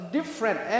different